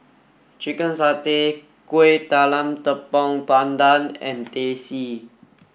Chicken Satay Kuih Talam Tepong Pandan and Teh C